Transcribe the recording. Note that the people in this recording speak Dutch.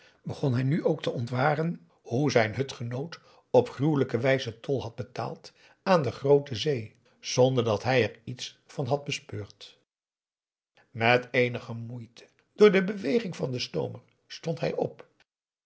begon hij nu ook te ontwaren hoe zijn hutgenoot op gruwelijke wijze tol had betaald aan de groote zee zonder dat hij er iets van had bespeurd met eenige moeite door de beweging van den stoomer stond hij op